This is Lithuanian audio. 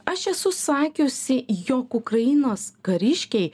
aš esu sakiusi jog ukrainos kariškiai